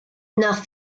nach